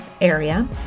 area